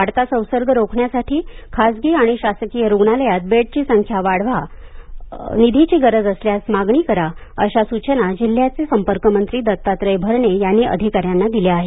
वाढता संसर्ग रोखण्यासाठी खासगी आणि शासकीय रुग्णालयात बेडची संख्या वाढवा निधीची गरज असल्यास मागणी करा अशा सूचना जिल्ह्याचे संपर्कमंत्री दत्तात्रय भरणे यांनी अधिकाऱ्यांना दिल्या आहेत